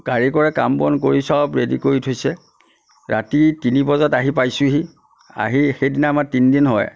কাৰিকৰে কাম বন কৰি চব ৰেডি কৰি থৈছে ৰাতি তিনি বজাত আহি পাইছোঁহি আহি সেইদিনা আমাৰ তিনিদিন হয়